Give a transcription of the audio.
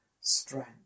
strength